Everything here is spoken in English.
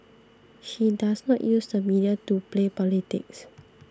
he does not use the media to play politics